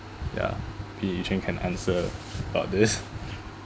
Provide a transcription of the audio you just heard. ya maybe Yu Chen can answer about this